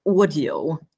audio